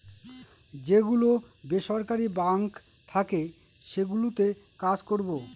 যে গুলো বেসরকারি বাঙ্ক থাকে সেগুলোতে কাজ করবো